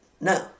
No